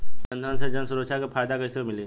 जनधन से जन सुरक्षा के फायदा कैसे मिली?